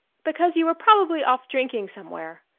because you were probably off drinking somewhere.